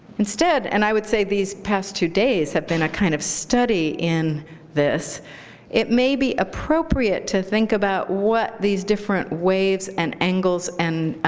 instead and i would say these past two days have been a kind of study in this it may be appropriate to think about what these different waves and angles and